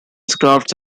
crafts